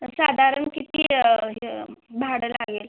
साधारण किती हे भाडं लागेल